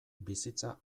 bizitza